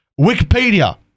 Wikipedia